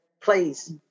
please